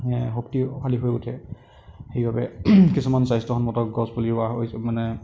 শক্তিশালী হৈ উঠে সেইবাবে কিছুমান স্বাস্থ্য়সন্মত গছ পুলি ৰুৱা হয় মানে